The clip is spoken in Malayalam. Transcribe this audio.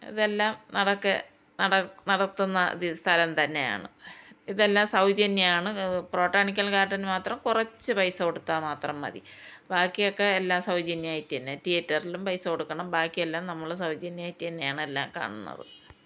ഇതെല്ലാം നടക്ക് നടത്തും നടത്തുന്ന സ്ഥലം തന്നെയാണ് ഇതെല്ലാം സൗജന്യമാണ് പ്രോട്ടാണിക്കൽ ഗാർഡൻ മാത്രം കുറച്ച് പൈസ കൊടുത്താൽ മാത്രം മതി ബാക്കിയൊക്കെ എല്ലാം സൗജന്യമായിട്ടു തന്നെ തീയേറ്ററിലും പൈസ കൊടുക്കണം ബാക്കിയെല്ലാം നമ്മൾ സൗജന്യമായിട്ടു തന്നെയാണ് എല്ലാം കാണുന്നത്